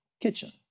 kitchen